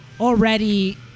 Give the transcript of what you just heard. already